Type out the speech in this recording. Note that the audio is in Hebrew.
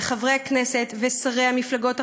ולחברי הכנסת ושרי המפלגות החרדיות,